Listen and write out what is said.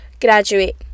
graduate